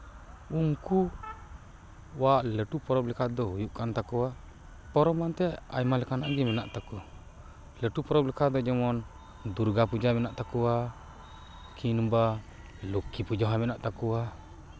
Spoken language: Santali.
ᱩᱱᱠᱩᱣᱟᱜ ᱞᱟᱹᱴᱩ ᱯᱚᱨᱚᱵᱽ ᱞᱮᱠᱟᱛᱮ ᱫᱚ ᱦᱩᱭᱩᱜ ᱠᱟᱱ ᱛᱟᱠᱚᱣᱟ ᱯᱚᱨᱚᱵᱽ ᱢᱮᱱᱛᱮ ᱟᱭᱢᱟ ᱞᱮᱠᱟᱱᱟᱜ ᱜᱮ ᱢᱮᱱᱟᱜ ᱛᱟᱠᱚᱣᱟ ᱞᱟᱹᱴᱩ ᱯᱚᱨᱚᱵᱽ ᱞᱮᱠᱟ ᱫᱚ ᱡᱮᱢᱚᱱ ᱫᱩᱨᱜᱟᱯᱩᱡᱟ ᱢᱮᱱᱟᱜ ᱛᱟᱠᱚᱣᱟ ᱠᱤᱢᱵᱟ ᱞᱚᱠᱠᱷᱤ ᱯᱩᱡᱟᱹ ᱦᱚᱸ ᱢᱮᱱᱟᱜ ᱛᱟᱠᱚᱣᱟ